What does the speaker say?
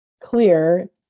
clear